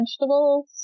vegetables